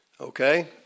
okay